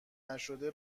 نشده